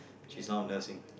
she's now nursing